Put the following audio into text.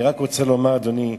אני רק רוצה לומר, אדוני,